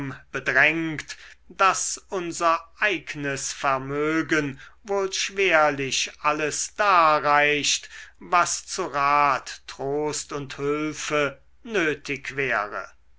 bedrängt daß unser eignes vermögen wohl schwerlich alles darreicht was zu rat trost und hülfe nötig wäre